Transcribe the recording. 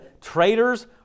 traitors